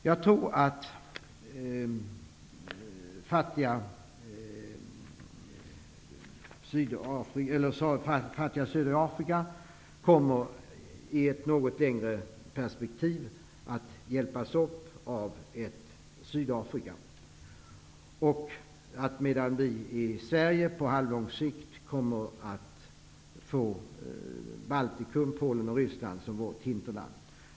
Jag tror att det fattiga södra Afrika i ett något längre perspektiv kommer att hjälpas av ett Sydafrika, medan Sverige på halvlång sikt kommer att få Baltikum, Polen och Ryssland som vårt hinterland.